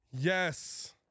Yes